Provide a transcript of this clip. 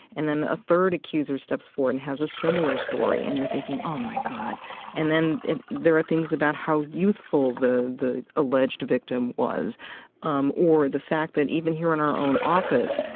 and then a third accuser steps forward and has a similar story, and you're thinking, oh, my god and then, it there are things about how youthful the the alleged victim was um or the fact that even here in our own office,